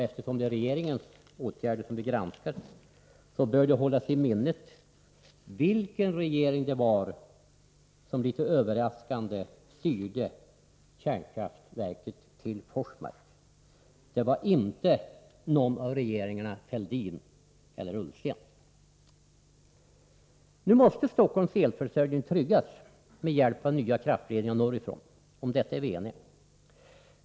Eftersom det är regeringens åtgärder vi granskar bör det hållas i minnet vilken regering det var som litet överraskande styrde kärnkraftverket till Forsmark. Det var inte någon av regeringarna Fälldin eller Ullsten. Nu måste Stockholms elförsörjning tryggas med hjälp av nya kraftledningar norrifrån — om detta är vi eniga.